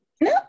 No